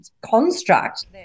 construct